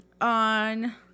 On